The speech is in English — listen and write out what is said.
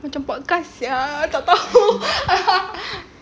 macam podcast sia tak [tau]